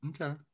okay